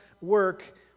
work